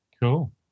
Cool